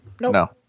no